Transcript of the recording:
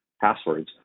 passwords